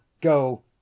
go